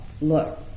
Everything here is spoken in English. look